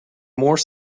more